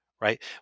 right